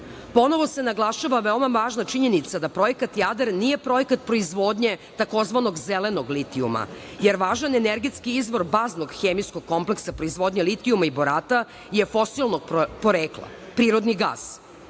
se naglašava veoma važna činjenica da Projekat „Jadar“ nije projekat proizvodnje tzv. zelenog litijuma, jer važan energetski izvor baznog hemijskog kompleksa proizvodnje litijuma i borata je fosilnog porekla, prirodni